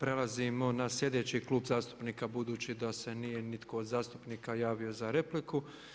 Prelazimo na slijedeći klub zastupnika budući da se nije nitko od zastupnika javio za repliku.